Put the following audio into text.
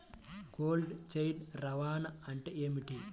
Cold chain రవాణా అంటే ఏమిటీ?